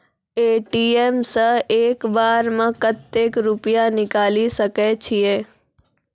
ATM सऽ एक बार म कत्तेक रुपिया निकालि सकै छियै?